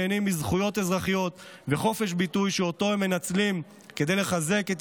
שנהנים מזכויות אזרחיות וחופש ביטוי שהם מנצלים כדי לחזק את